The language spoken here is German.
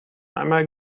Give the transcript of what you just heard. einmal